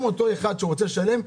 גם אותו אחד שרוצה לשלם,